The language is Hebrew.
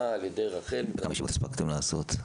על ידי רח"ל --- כמה ישיבות הספקתם לעשות?